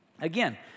Again